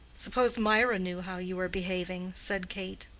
suppose mirah knew how you are behaving, said kate.